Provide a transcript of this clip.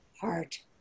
heart